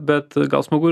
bet gal smagu